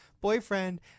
boyfriend